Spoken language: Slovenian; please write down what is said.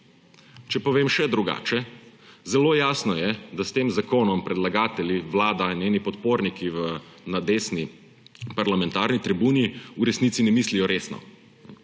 Če povem še drugače, zelo jasno je, da s tem zakonom predlagatelji, Vlada in njeni podporniki na desni parlamentarni tribuni v resnici ne mislijo resno.